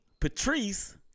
Patrice